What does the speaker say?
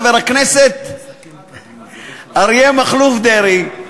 חבר הכנסת אריה מכלוף דרעי,